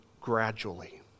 gradually